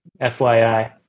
FYI